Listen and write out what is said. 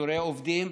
פיטורי עובדים,